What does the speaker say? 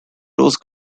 rose